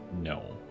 No